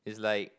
it's like